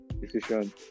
decision